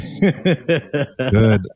good